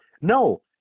No